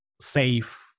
safe